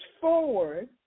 forward